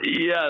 Yes